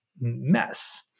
mess